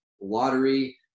lottery